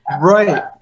Right